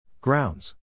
Grounds